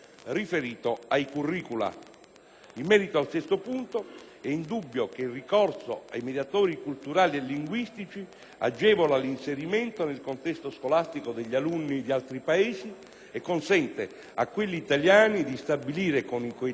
In merito al sesto punto, è indubbio che il ricorso ai mediatori culturali e linguistici agevola l'inserimento nel contesto scolastico degli alunni di altri Paesi e consente a quelli italiani di stabilire con i coetanei stranieri rapporti improntati